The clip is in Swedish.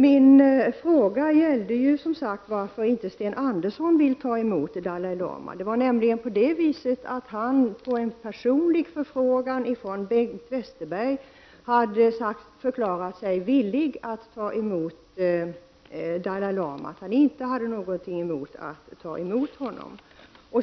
Min fråga gällde som sagt varför inte Sten Andersson vill ta emot Dalai Lama. Han förklarade sig nämligen på en personlig förfrågan från Bengt Westerberg villig att ta emot Dalai Lama och sade att han inte hade något emot att ta emot honom.